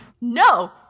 no